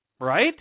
right